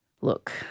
look